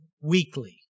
weekly